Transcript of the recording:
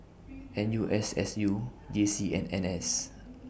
N U S S U J C and N S